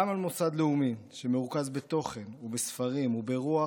גם על מוסד לאומי שמרוכז בתוכן ובספרים וברוח